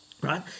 right